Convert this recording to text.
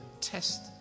test